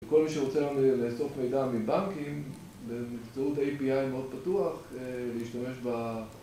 כל מי שרוצה היום לאסוף מידע מבנקים, באמצעות ה-API מאוד פתוח, להשתמש ב...